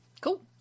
Cool